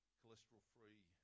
cholesterol-free